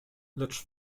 lecz